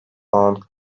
own